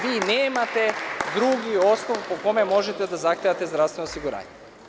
Vi nemate drugi osnov po kome možete da zahtevate zdravstveno osiguranje.